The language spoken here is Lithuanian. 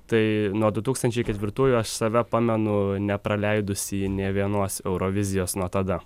tai nuo du tūkstančiai ketvirtųjų aš save pamenu nepraleidusį nė vienos eurovizijos nuo tada